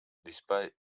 despite